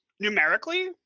numerically